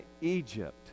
egypt